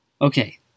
Okay